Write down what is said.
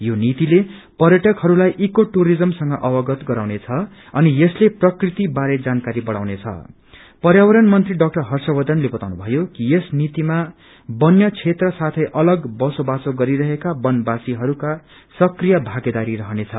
यो नीतिले पर्यटकहरूलाई ईको टुरिज्य संग अवगत गराउनेछ अनि यसले प्रकृति बारे जानकारी बढ़ाउनेछं पर्यावरण मंत्री डाक्टर हर्षवर्षनले बताउनु भयो कि यस नीतिमा वन्य क्षेत्र साथै अलग बसोबासो गरिरहेका वनवासीहरूका सक्रिय भागीदारी रहनेछ